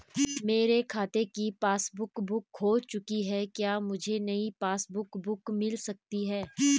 मेरे खाते की पासबुक बुक खो चुकी है क्या मुझे नयी पासबुक बुक मिल सकती है?